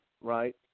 right